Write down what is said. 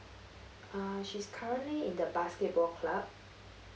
uh she's currently in the basketball club